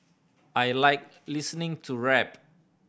I like listening to rap